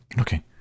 Okay